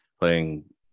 playing